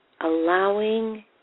Allowing